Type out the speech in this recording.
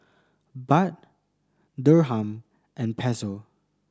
Baht Dirham and Peso